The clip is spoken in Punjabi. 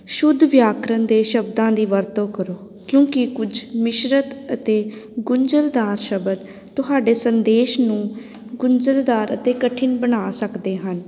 ਸ਼ੁੱਧ ਵਿਆਕਰਨ ਦੇ ਸ਼ਬਦਾਂ ਦੀ ਵਰਤੋਂ ਕਰੋ ਕਿਉਂਕਿ ਕੁਝ ਮਿਸ਼ਰਤ ਅਤੇ ਗੁੰਝਲਦਾਰ ਸ਼ਬਦ ਤੁਹਾਡੇ ਸੰਦੇਸ਼ ਨੂੰ ਗੁੰਝਲਦਾਰ ਅਤੇ ਕਠਿਨ ਬਣਾ ਸਕਦੇ ਹਨ